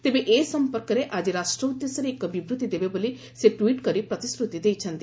ତେବେ ଏ ସଂପର୍କରେ ଆଜି ରାଷ୍ଟ୍ର ଉଦ୍ଦେଶ୍ୟରେ ଏକ ବିବୃତ୍ତି ଦେବେ ବୋଲି ସେ ଟ୍ୱିଟ୍ କରି ପ୍ରତିଶ୍ରତି ଦେଇଛନ୍ତି